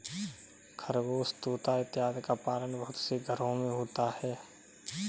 खरगोश तोता इत्यादि का पालन बहुत से घरों में होता है